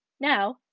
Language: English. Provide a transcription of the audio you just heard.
now